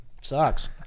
sucks